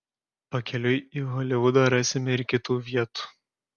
pakeliui į holivudą rasime ir kitų vietų